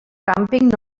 càmping